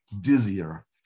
dizzier